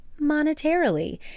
monetarily